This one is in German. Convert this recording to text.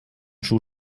schuh